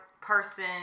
person